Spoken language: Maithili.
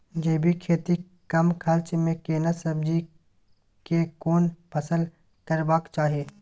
जैविक खेती कम खर्च में केना सब्जी के कोन फसल करबाक चाही?